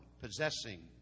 possessing